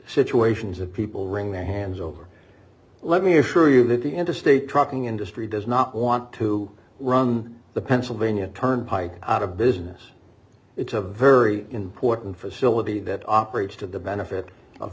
situations of people wring their hands over let me assure you that the interstate trucking industry does not want to run the pennsylvania turnpike out of business it's a very important facility that operates to the benefit of